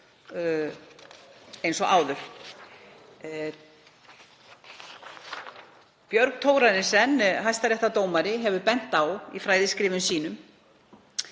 eins og áður. Björg Thorarensen hæstaréttardómari hefur í fræðiskrifum sínum